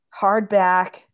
hardback